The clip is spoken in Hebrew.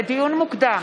לדיון מוקדם,